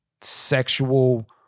sexual